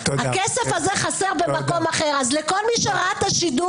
הכסף הזה חסר במקום אחר אז לכל מי שראה את השידור